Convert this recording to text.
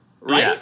right